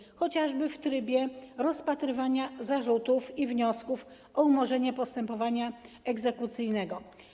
Chodzi chociażby o tryb rozpatrywania zarzutów i wniosków o umorzenie postępowania egzekucyjnego.